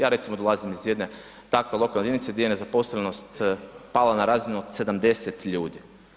Ja recimo dolazim iz jedne takve lokalne jedinice gdje je nezaposlenost pala na razinu 70 ljudi.